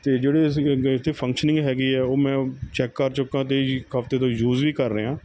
ਅਤੇ ਜਿਹੜੇ ਇਹ ਸੀਗੇ ਇਹ 'ਤੇ ਫੰਕਸ਼ਨਿੰਗ ਹੈਗੀ ਹੈ ਉਹ ਮੈਂ ਚੈੱਕ ਕਰ ਚੁਕਾ ਅਤੇ ਇੱਕ ਹਫ਼ਤੇ ਤੋਂ ਯੂਜ਼ ਵੀ ਕਰ ਰਿਹਾ